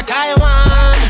Taiwan